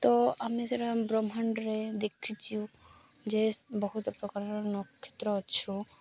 ତ ଆମେ ସେଇଟା ବ୍ରହ୍ମାଣ୍ଡରେ ଦେଖିଛୁ ଯେ ବହୁତ ପ୍ରକାରର ନକ୍ଷତ୍ର ଅଛୁ